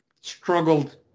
struggled